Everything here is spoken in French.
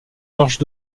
georges